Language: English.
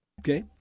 Okay